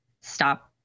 stop